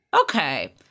Okay